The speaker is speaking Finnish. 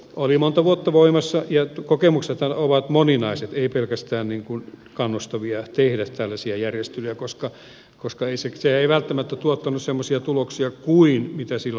oli monta vuotta voimassa ja kokemuksethan ovat moninaiset ei pelkästään kannustavia tehdä tällaisia järjestelyjä koska se ei välttämättä tuottanut semmoisia tuloksia kuin silloin ajateltiin olevan